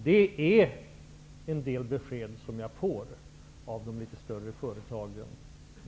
Jag får sådana besked av de större företagen.